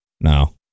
No